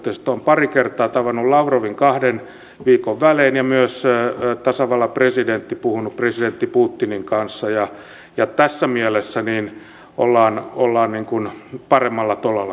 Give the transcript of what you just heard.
olen pari kertaa tavannut lavrovin kahden viikon välein ja myös tasavallan presidentti on puhunut presidentti putinin kanssa ja tässä mielessä ollaan paremmalla tolalla kuin hetki sitten